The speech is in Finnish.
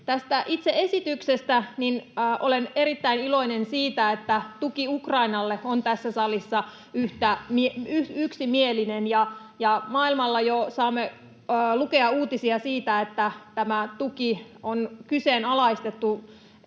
Tästä itse esityksestä: Olen erittäin iloinen siitä, että tuki Ukrainalle on tässä salissa yksimielinen. Maailmalta jo saamme lukea uutisia siitä, että tämä tuki on kyseenalaistettu